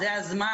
זה הזמן.